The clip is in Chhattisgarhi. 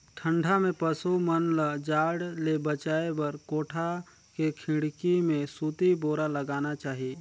ठंडा में पसु मन ल जाड़ ले बचाये बर कोठा के खिड़की में सूती बोरा लगाना चाही